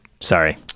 Sorry